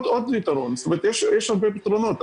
יש הרבה פתרונות.